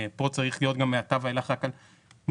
כאן צריך להיות מעתה ואילך רק על מוטבים,